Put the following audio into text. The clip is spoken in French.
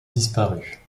disparu